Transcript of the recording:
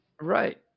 Right